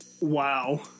Wow